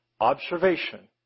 observation